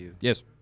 yes